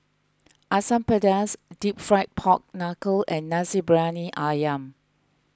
Asam Pedas Deep Fried Pork Knuckle and Nasi Briyani Ayam